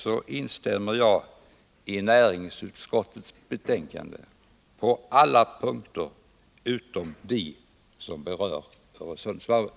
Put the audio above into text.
Jag instämmer i näringsutskottets betänkande på alla punkter utom de som berör Öresundsvarvet.